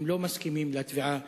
הם לא מסכימים לתביעה